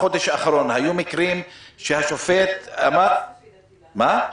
היו בחודש האחרון מקרים שהשופט אמר --- כן.